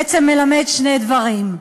בעצם מלמד שני דברים: